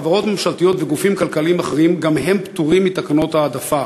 חברות ממשלתיות וגופים כלכליים אחרים גם הם פטורים מתקנות ההעדפה,